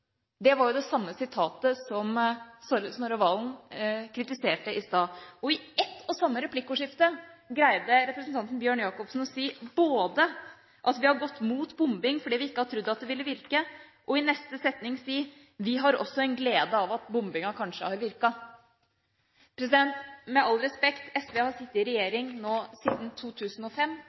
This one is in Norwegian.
Det var jo det samme sitatet som Snorre Serigstad Valen kritiserte i stad. I ett og samme replikkordskifte greide representanten Bjørn Jacobsen å si både: «Vi har gått mot bombing fordi vi ikkje har trudd at det ville verke», og i neste replikk si: «Vi har også ei glede av at bombinga kanskje har verka». Med all respekt: SV har sittet i regjering nå siden 2005